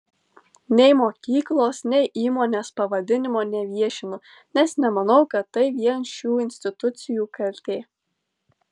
nei mokyklos nei įmonės pavadinimo neviešinu nes nemanau kad tai vien šių institucijų kaltė